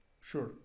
Sure